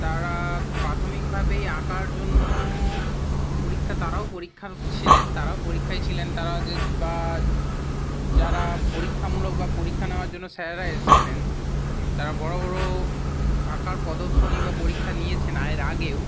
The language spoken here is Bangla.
তারা প্রাথমিকভাবেই আঁকার জন্য পরীক্ষা তারাও পরীক্ষার ছিলেন তারাও পরীক্ষায় ছিলেন তারা যে বা যারা পরীক্ষামূলক বা পরীক্ষা নেওয়ার জন্য স্যারেরা এসেছিলেন তারা বড় বড় আঁকার প্রদর্শনী বা পরীক্ষা নিয়েছেন এর আগেও